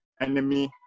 enemy